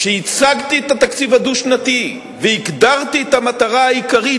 כשהצגתי את התקציב הדו-שנתי והגדרתי את המטרה העיקרית,